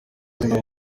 buzima